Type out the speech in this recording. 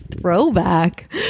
throwback